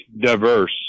diverse